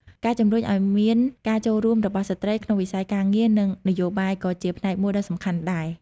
ការជំរុញឱ្យមានការចូលរួមរបស់ស្ត្រីក្នុងវិស័យការងារ និងនយោបាយក៏ជាផ្នែកមួយដ៏សំខាន់ដែរ។